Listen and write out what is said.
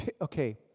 okay